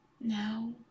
Now